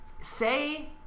say